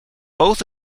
both